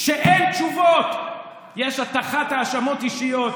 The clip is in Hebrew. כשאין תשובות יש הטחת האשמות אישיות.